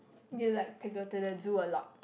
you like to go to the zoo a lot